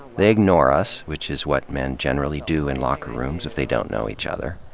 they ignore us, which is what men generally do in locker rooms if they don't know each other.